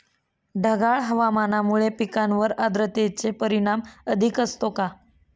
ढगाळ हवामानामुळे पिकांवर आर्द्रतेचे परिणाम अधिक असतो का?